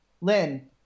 Lynn